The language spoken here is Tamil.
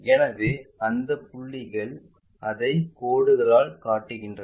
எனவே அந்த புள்ளிகள் அதை கோடுகளால் காட்டுகின்றன